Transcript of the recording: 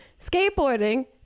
skateboarding